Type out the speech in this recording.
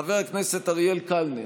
חבר הכנסת אריאל קלנר,